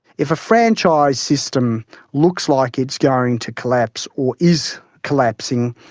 if a franchise system looks like it's going to collapse or is collapsing,